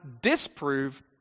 disprove